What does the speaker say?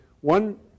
one